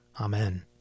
Amen